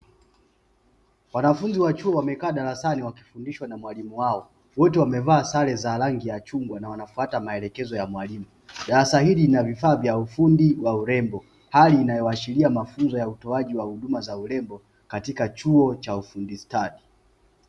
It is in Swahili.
Wanafunzi wa chuo wamekaa darasani wakifundishwa na mwalimu wao, wote wamevaa sare za rangi ya chungwa na wanafwata maelekezo ya mwalimu. Darasa hili lina vifaa vya ufundi wa urembo, hali inayoashiria utoaji wa huduma za urembo katika chuo cha ufundi stadi.